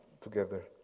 together